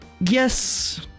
Yes